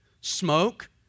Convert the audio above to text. smoke